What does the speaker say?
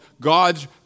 God's